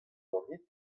ganit